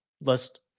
list